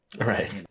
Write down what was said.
Right